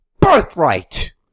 Birthright